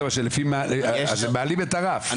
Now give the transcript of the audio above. אז מעלים את הרף.